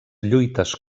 lluites